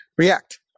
React